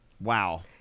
Wow